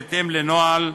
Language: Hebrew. בהתאם לנוהל,